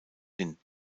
hin